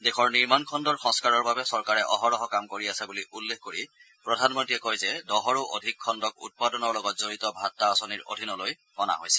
দেশৰ নিৰ্মাণ খণ্ডৰ সংস্কাৰৰ বাবে চৰকাৰে অহৰহ কাম কৰি আছে বুলি উল্লেখ কৰি প্ৰধানমন্ত্ৰীয়ে কয় যে দহৰো অধিক খণ্ডক উৎপাদনৰ লগত জড়িত ভাত্তা আঁচনিৰ অধীনলৈ অনা হৈছে